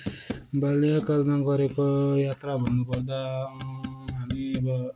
बा्ल्यकालमा गरेका यात्रा भन्नुपर्दा हामी अब